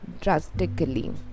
drastically